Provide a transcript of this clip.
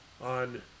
on